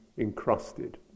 encrusted